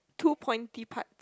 two pointy parts